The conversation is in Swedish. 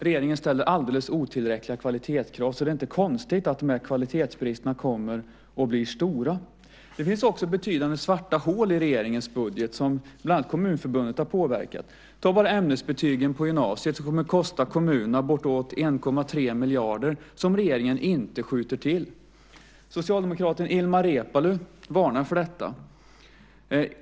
Regeringen ställer också alldeles otillräckliga kvalitetskrav. Så det är inte konstigt att dessa kvalitetsbrister kommer och blir stora. Det finns också betydande svarta hål i regeringens budget som bland annat Kommunförbundet har påverkat. Man kan som exempel ta ämnesbetygen på gymnasiet som kommer att kosta kommunerna bortåt 1,3 miljarder som regeringen inte skjuter till. Socialdemokraten Ilmar Reepalu varnar för detta.